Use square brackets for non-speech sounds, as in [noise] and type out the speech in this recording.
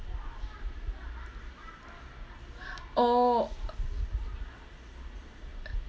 [breath] oh [noise]